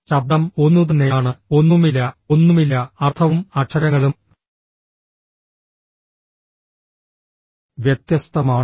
ശബ്ദം ഒന്നുതന്നെയാണ് ഒന്നുമില്ല ഒന്നുമില്ല അർത്ഥവും അക്ഷരങ്ങളും വ്യത്യസ്തമാണ്